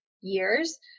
years